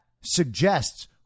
suggests